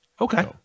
Okay